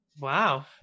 Wow